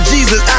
Jesus